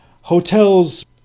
Hotels